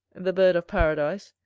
the bird of paradise,